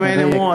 אם אין הצעות,